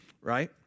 right